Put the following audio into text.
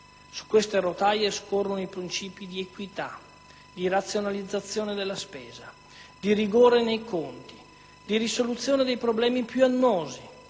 Su queste rotaie scorrono i principi di equità, di razionalizzazione della spesa, di rigore nei conti, di risoluzione dei problemi più annosi,